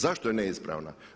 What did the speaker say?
Zašto je neispravna?